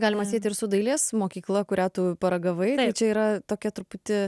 galima sieti ir su dailės mokykla kurią tu paragavai čia yra tokia truputį